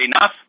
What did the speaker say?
enough